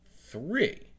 three